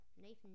Nathan